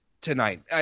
tonight